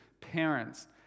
parents